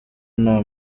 nta